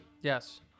Yes